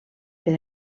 per